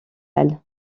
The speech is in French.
elle